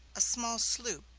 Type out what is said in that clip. a small sloop,